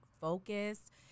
focused